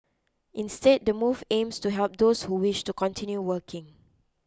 instead the move aims to help those who wish to continue working